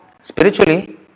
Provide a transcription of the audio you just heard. Spiritually